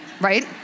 right